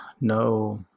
no